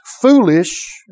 foolish